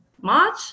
March